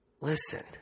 Listen